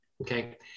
okay